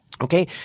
Okay